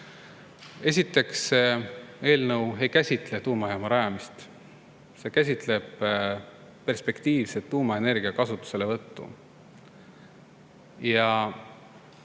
Esiteks, see eelnõu ei käsitle tuumajaama rajamist, see käsitleb perspektiivset tuumaenergia kasutuselevõttu. Ja